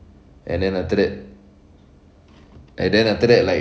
and then after that like and then after that like